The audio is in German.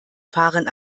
fahren